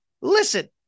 Listen